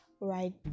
Right